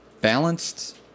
Balanced